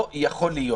לא יכול להיות